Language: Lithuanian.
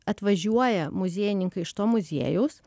atvažiuoja muziejininkai iš to muziejaus